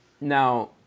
Now